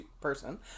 person